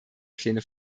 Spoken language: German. pläne